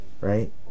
right